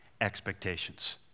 expectations